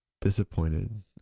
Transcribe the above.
disappointed